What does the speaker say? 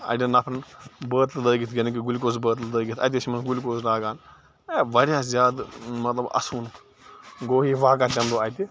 اَڑیٚن نفرَن بٲتلہٕ لٲگِتھ یعنی کہِ گُلکوز بٲتلہٕ لٲگِتھ اَتہِ ٲسۍ یِمَن گُلکوز لاگان ہے واریاہ زیادٕ مطلب اَسوُن گوٚو یہِ واقع تَمہِ دۄہ اَتہِ